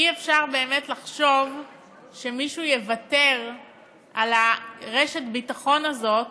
אי-אפשר באמת לחשוב שמישהו יוותר על רשת הביטחון הזאת,